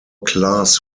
class